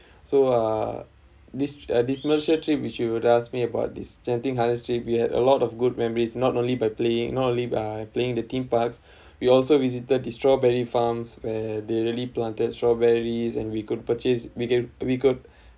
so uh this uh this malaysia trip which you would ask me about this genting highlands trip we had a lot of good memories not only by playing not only uh playing the theme parks we also visited the strawberry farms where they really planted strawberries and we could purchase we can we could